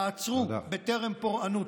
תעצרו בטרם פורענות.